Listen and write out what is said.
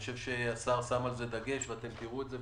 אני חושב שהשר שם על זה דגש ואתם תראו את זה.